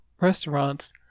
restaurants